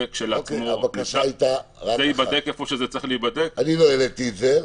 זה כשלעצמו ייבדק איפה שזה צריך להיבדק --- אני לא העליתי את זה,